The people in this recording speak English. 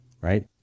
right